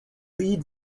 lead